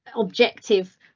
objective